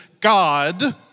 God